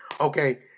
okay